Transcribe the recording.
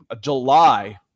July